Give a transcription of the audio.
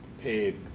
paid